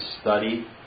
study